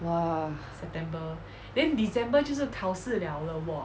!wah!